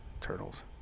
turtles